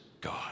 God